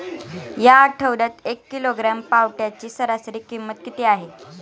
या आठवड्यात एक किलोग्रॅम पावट्याची सरासरी किंमत किती आहे?